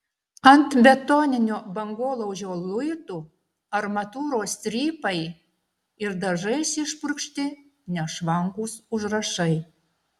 ant betoninio bangolaužio luitų armatūros strypai ir dažais išpurkšti nešvankūs užrašai